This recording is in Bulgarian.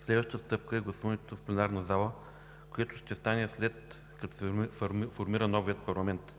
Следващата стъпка е гласуването в пленарната зала, което ще стане, след като се формира новият парламент.